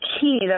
key